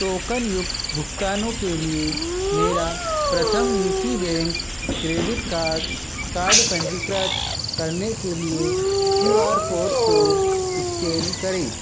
टोकनयुक्त भुगतानों के लिए मेरा Prathama U P bank credit card card पंजीकृत करने के लिए क्यू आर कोड को स्कैन करें